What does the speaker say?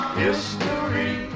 history